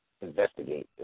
investigate